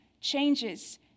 changes